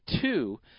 two